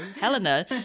Helena